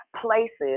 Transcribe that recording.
places